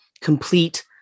complete